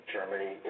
Germany